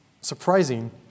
surprising